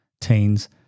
teens